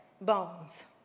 bones